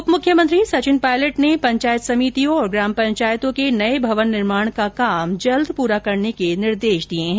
उप मुख्यमंत्री सचिन पायलट ने पंचायत समितियों और ग्राम पंचायतों के नये भवन निर्माण का काम जल्द पुरा करने के निर्देश दिए है